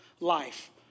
Life